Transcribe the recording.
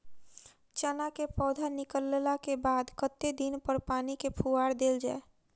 चना केँ पौधा निकलला केँ बाद कत्ते दिन पर पानि केँ फुहार देल जाएँ?